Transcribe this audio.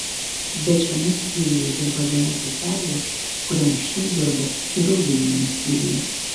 bet šiame skyriuje dirba viena seselė kuri anksčiau dirbo chirurginiame skyriuje